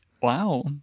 Wow